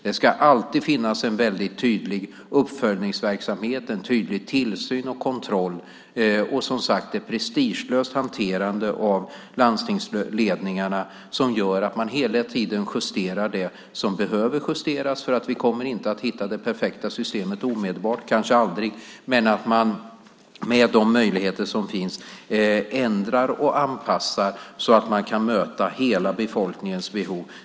Det ska alltid finnas en väldigt tydlig uppföljningsverksamhet, en tydlig tillsyn och kontroll och ett prestigelöst hanterande från landstingsledningarna som gör att man hela tiden justerar det som behöver justeras. Vi kommer nämligen inte att hitta det perfekta systemet omedelbart, kanske aldrig, men med de möjligheter som finns kan man ändra och anpassa så att man kan möta hela befolkningens behov.